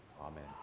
Amen